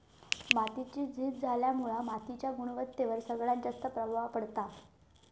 मातीची झीज झाल्यामुळा मातीच्या गुणवत्तेवर सगळ्यात जास्त प्रभाव पडता